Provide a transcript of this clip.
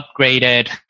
upgraded